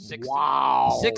Wow